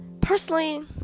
Personally